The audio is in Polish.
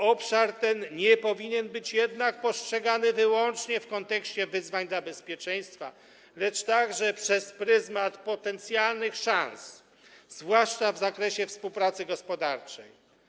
Obszar ten nie powinien być jednak postrzegany wyłącznie w kontekście wyzwań dla bezpieczeństwa, lecz także przez pryzmat potencjalnych szans, zwłaszcza w zakresie współpracy gospodarczej.